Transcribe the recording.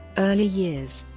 early years